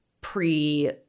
pre